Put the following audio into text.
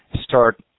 start